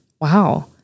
Wow